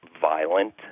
violent